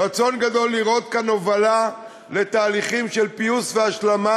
רצון גדול לראות כאן הובלה לתהליכים של פיוס והשלמה,